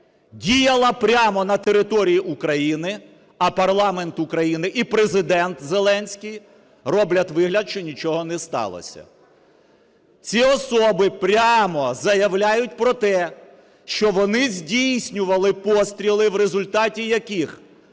діяла прямо на території України, а парламент України і Президент Зеленський роблять вигляд, що нічого не сталося. Ці особи прямо заявляють про те, що вони здійснювали постріли, в результаті яких